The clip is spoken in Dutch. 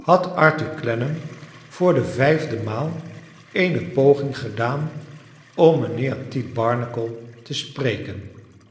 had arthur clenman voor de vijfde maal eene poging gedaan om mijnheer tite barnacle te spreken